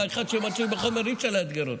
אבל אחד שמצוי בחומר, אי-אפשר לאתגר אותו.